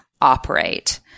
operate